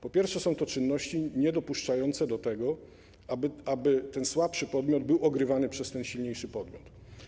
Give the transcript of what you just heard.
Po pierwsze są to czynności niedopuszczające do tego, aby słabszy podmiot był ogrywany przez silniejszy podmiot.